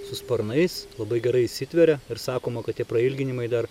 su sparnais labai gerai įsitveria ir sakoma kad prailginimai dar